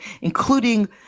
including